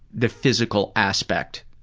the physical aspect?